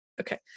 Okay